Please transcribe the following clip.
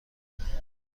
بود